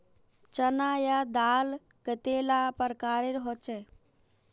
चना या दाल कतेला प्रकारेर होचे?